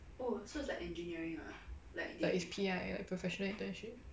like it's P_I professional internship